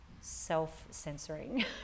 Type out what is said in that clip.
self-censoring